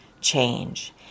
change